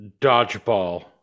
dodgeball